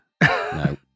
No